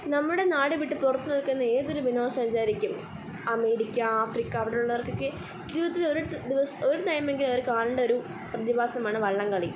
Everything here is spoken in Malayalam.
നമ്മുടെ നാട് വിട്ട് പുറത്തു നിൽക്കുന്ന ഏതൊരു വിനോദസഞ്ചാരിക്കും അമേരിക്ക ആഫ്രിക്ക അവിടെയുള്ളവർക്കൊക്കെ ജീവിതത്തിൽ ഒരു ദിവസം ഒരു ടൈം കാണേണ്ട ഒരു പ്രതിഭാസമാണ് വള്ളം കളി